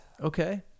Okay